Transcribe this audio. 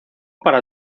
para